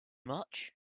much